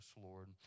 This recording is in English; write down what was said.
Lord